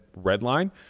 redline